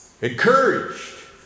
encouraged